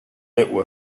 little